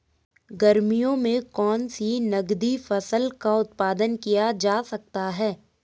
गर्मियों में कौन सी नगदी फसल का उत्पादन किया जा सकता है?